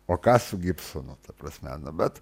o ką su gibsonu ta prasme bet